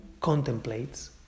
contemplates